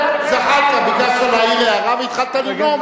הכנסת זחאלקה, ביקשת להעיר הערה והתחלת לנאום.